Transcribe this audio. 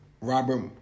Robert